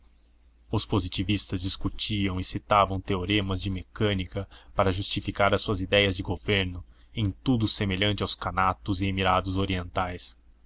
os positivistas discutiam e citavam teoremas de mecânica para justificar as suas idéias de governo em tudo semelhantes aos canatos e emirados orientais